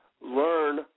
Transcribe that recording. learn